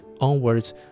onwards